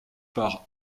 par